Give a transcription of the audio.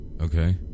Okay